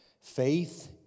faith